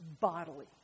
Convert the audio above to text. bodily